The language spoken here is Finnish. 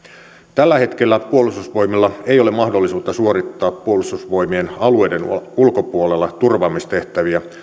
tällä hetkellä puolustusvoimilla ei ole mahdollisuutta suorittaa puolustusvoimien alueiden ulkopuolella turvaamistehtäviä